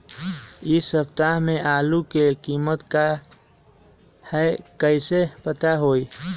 इ सप्ताह में आलू के कीमत का है कईसे पता होई?